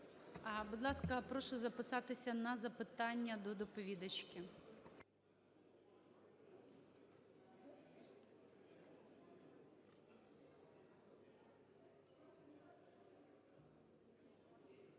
Будь ласка, прошу записатися на запитання до доповідачки.